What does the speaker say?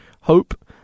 hope